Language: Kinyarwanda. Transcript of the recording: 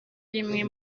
rimwe